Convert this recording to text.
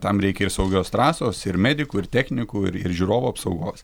tam reikia ir saugios trasos ir medikų ir technikų ir žiūrovų apsaugos